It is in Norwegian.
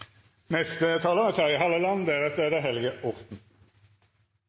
Neste talar er Helge Orten